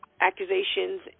accusations